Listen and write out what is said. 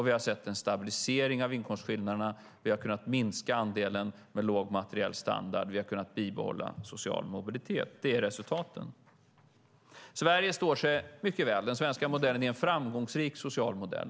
Vi har sett en stabilisering av inkomstskillnaderna, vi har kunnat minska andelen med låg materiell standard, och vi har kunnat bibehålla social mobilitet. Det är resultaten. Sverige står sig mycket väl. Den svenska modellen är en framgångsrik social modell.